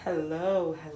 Hello